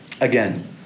Again